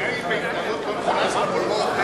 היא התנהלות לא נכונה של המולמו"פ.